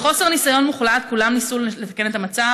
בחוסר ניסיון מוחלט כולם ניסו לתקן את המצב.